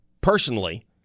personally